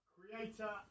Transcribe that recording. Creator